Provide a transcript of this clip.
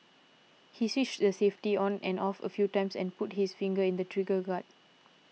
he switched the safety on and off a few times and put his finger in the trigger guard